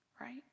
right